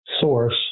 source